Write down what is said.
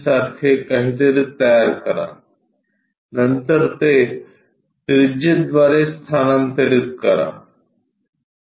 सारखे काहीतरी तयार करा नंतर ते त्रिज्येद्वारे स्थानांतरित करा